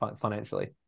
financially